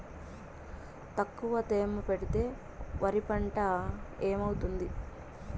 తక్కువ తేమ పెడితే వరి పంట ఏమవుతుంది